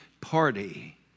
party